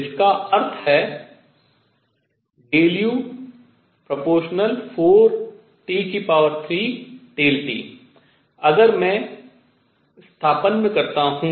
जिसका अर्थ है u∝4T3T अगर मैं स्थानापन्न करता हूँ